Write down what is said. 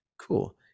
cool